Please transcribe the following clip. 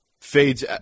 Fades